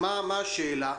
מה השאלה?